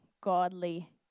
godly